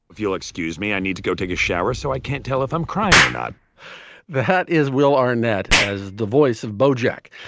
if you'll excuse me, i need to go take a shower so i can't tell if i'm crying or not the hat is will arnett as the voice of bojack.